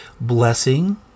blessing